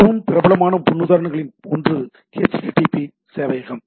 மிகவும் பிரபலமான முன்னுதாரணங்களில் ஒன்று http சேவையகம்